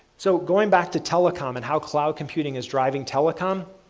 so going back to telecom and how cloud computing is driving telecom,